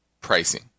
pricing